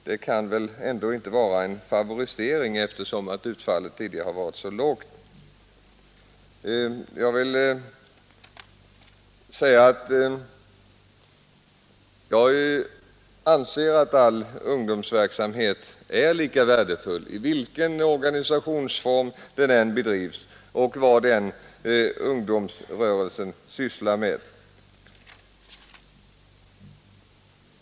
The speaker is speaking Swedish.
Det kan väl ändå inte vara en favorisering av idrottsorganisationerna eftersom utfallet för deras del tidigare varit så lågt. Jag anser att all ungdomsverksamhet är lika värdefull i vilken organisationsform den än bedrivs och vad man än sysslar med.